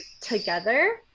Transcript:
together